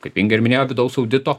kaip inga ir minėjo vidaus audito